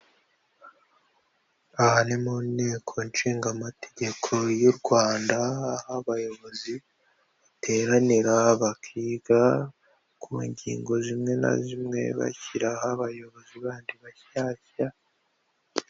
Aha ni mu nteko ishingamategeko y'u Rwanda, aho abayobozi bateranira, bakiga ku ngingo zimwe na zimwe, bashyiraho abayobozi bandi bashyashya.